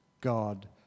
God